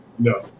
No